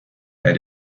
elle